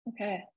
Okay